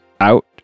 Out